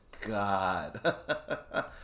god